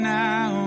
now